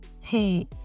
hey